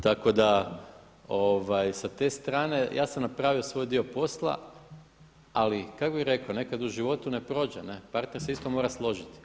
Tako da s te strane, ja sam napravio svoj dio posla ali kako bih rekao, nekada u životu ne prođe, partner se isto mora složiti.